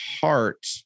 heart